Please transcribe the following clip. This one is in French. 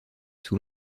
sous